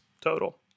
total